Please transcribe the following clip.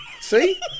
See